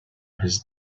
his